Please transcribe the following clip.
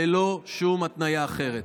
ללא שום התניה אחרת.